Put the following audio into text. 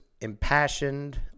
impassioned